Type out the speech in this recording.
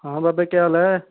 हां बाबा जी के हाल ऐ